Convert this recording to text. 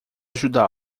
ajudá